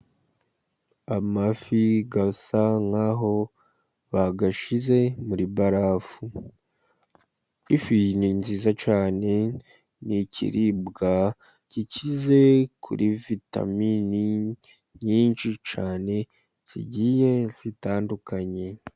Amafi asa nk'aho bayashyize muri barafu. Ifi ni nziza cyane. Ni ikiribwa gikize kuri vitamini nyinshi cyane zigiye zitandukanye.